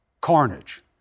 carnage